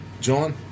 John